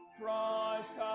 Christ